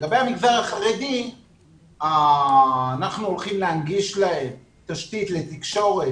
לגבי המגזר החרדי אנחנו הולכים להנגיש להם תשתית לתקשורת